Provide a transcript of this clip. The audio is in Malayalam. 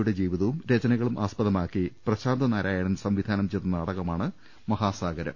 യുടെ ജീവിതവും രചനകളും ആസ്പദമാക്കി പ്രശാന്ത് നാരായണൻ സംവിധാനം ചെയ്ത നാടകമാണ് മഹാസാഗരം